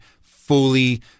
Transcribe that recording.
fully—